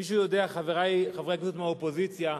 מישהו יודע, חברי חברי הכנסת מהאופוזיציה,